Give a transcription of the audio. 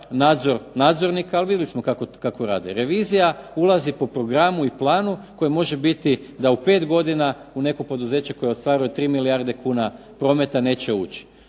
nadzor nadzornika, ali vidjeli smo kako rade. Revizija ulazi po programu i planu koji može biti da u pet godina u neko poduzeće koje ostvaruje 3 milijarde kuna prometa neće ući.